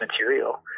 material